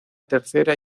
tercera